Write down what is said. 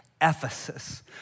Ephesus